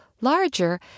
larger